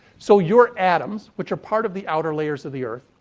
so your atoms, which are part of the outer layers of the earth,